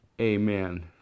amen